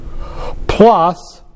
plus